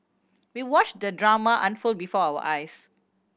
we watched the drama unfold before our eyes